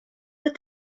what